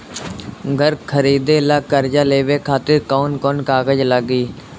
घर खरीदे ला कर्जा लेवे खातिर कौन कौन कागज लागी?